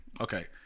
Okay